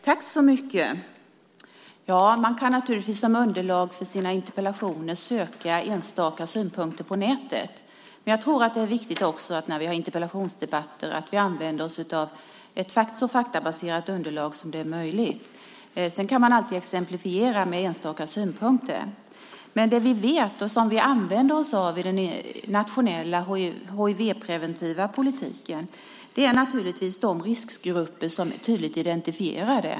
Herr talman! Man kan naturligtvis som underlag för sina interpellationer söka enstaka synpunkter på nätet. Men jag tror att det är viktigt att vi i interpellationsdebatter använder oss av så faktabaserade underlag som möjligt. Sedan kan man alltid exemplifiera med enstaka synpunkter. Men det som vi använder oss av i den nationella hivpreventiva politiken är naturligtvis kunskapen om de riskgrupper som är tydligt identifierade.